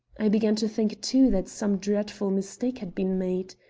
i began to think too that some dreadful mistake had been made.